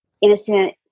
innocent